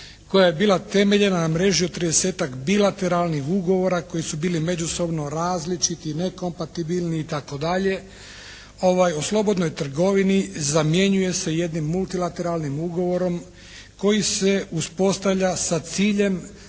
koja je bila temeljena na mreži od 30-tak bilateralnih ugovora koji su bili međusobno različiti i nekompatibilni itd. o slobodnoj trgovini zamjenjuje se jednim multilateralnim ugovorom koji se uspostavlja sa ciljem